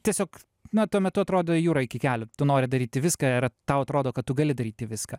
tiesiog na tuo metu atrodo jūra iki kelių tu nori daryti viską ir tau atrodo kad tu gali daryti viską